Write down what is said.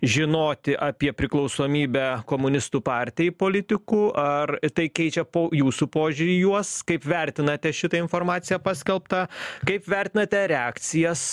žinoti apie priklausomybę komunistų partijai politikų ar tai keičia po jūsų požiūrį į juos kaip vertinate šitą informaciją paskelbtą kaip vertinate reakcijas